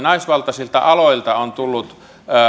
naisvaltaisilta aloilta on tullut